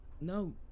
No